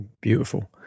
beautiful